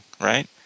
right